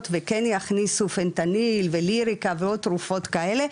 וכן יכניסו פנטניל וליריקה ועוד תרופות כאלה,